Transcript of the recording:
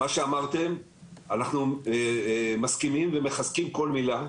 מה שאמרתם אנחנו מסכימים ומחזקים כל מילה.